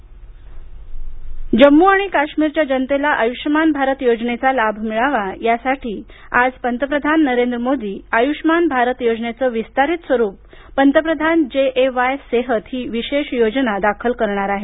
जम्मकाश्मीर जम्मू आणि काश्मीर जनतेला आयुष्मान भारत योजनेचा लाभ मिळावा यासाठी आज पंतप्रधान नरेंद्र मोदी आज आयुष्मान भारत योजनेचं विस्तारीत स्वरूप पंतप्रधान जे ए वाय सेहत ही विशेष योजना दाखल करणार आहेत